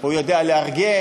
הוא יודע לארגן,